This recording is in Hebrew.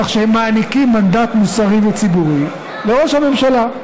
כך שהם מעניקים מנדט מוסרי וציבורי לראש הממשלה.